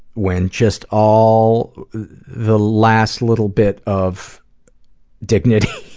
when just all the last little bit of dignity,